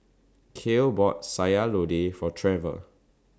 Kael bought Sayur Lodeh For Treva